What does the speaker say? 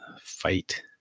fight